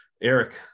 Eric